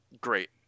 great